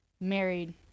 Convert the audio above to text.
Married